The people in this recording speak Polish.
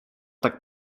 tak